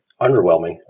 underwhelming